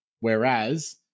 Whereas